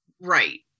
right